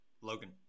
logan